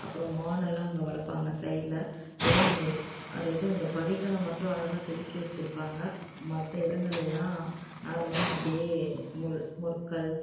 அப்புறம் மானெல்லாம் அங்கே வளர்ப்பாங்க சைடில் குடஞ்சி அதாவது இந்த படிகளை மட்டும் அழகாக செதுக்கி வச்சுருப்பாங்க மற்ற இடங்கள் எல்லாம் நார்மலாக அப்படியே முட்கள்